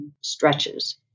stretches